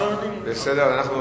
בסדר גמור.